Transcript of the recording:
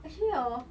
actually orh